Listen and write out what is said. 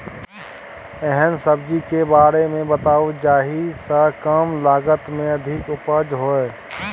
एहन सब्जी के बारे मे बताऊ जाहि सॅ कम लागत मे अधिक उपज होय?